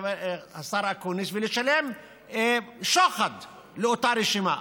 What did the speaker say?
השר אקוניס, ללשלם שוחד לאותה רשימה?